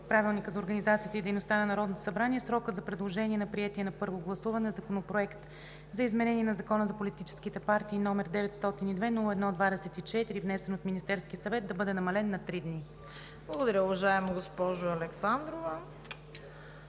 Правилника за организацията и дейността на Народното събрание срокът за предложение на приетия на първо гласуване Законопроект за изменение на Закона за политическите партии, № 902-01-24, внесен от Министерския съвет, да бъде намален на три дни. ПРЕДСЕДАТЕЛ ЦВЕТА КАРАЯНЧЕВА: Благодаря, уважаема госпожо Александрова.